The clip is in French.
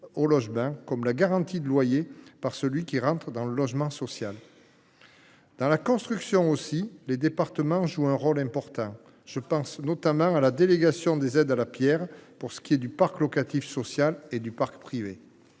au logement, comme la garantie des loyers impayés pour ceux qui entrent dans le logement social. Dans la construction aussi les départements jouent un rôle important. C’est vrai ! Je pense notamment à la délégation des aides à la pierre pour ce qui est du parc locatif social et du parc privé.